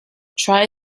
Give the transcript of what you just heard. try